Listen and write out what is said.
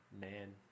man